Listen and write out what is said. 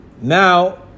Now